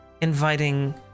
inviting